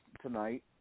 tonight